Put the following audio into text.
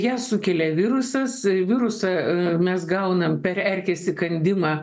ją sukelia virusas virusą mes gaunam per erkės įkandimą